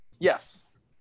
Yes